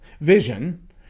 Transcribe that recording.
Vision